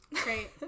great